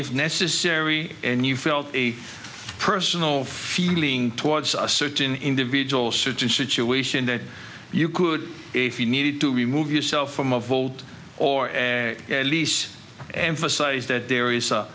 if necessary and you felt a personal feeling towards a certain individual certain situation that you could if you needed to remove yourself from of old or at least emphasize that there is a